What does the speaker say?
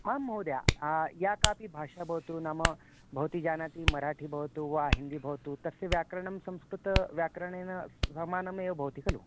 आं महोदया या कापि भाषा भवतु नाम भवती जानाति मराठी भवतु वा हिन्दी भवतु तस्य व्याकरणं संस्कृतव्याकरणेन सह समानमेव भवति खलु